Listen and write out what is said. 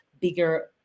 bigger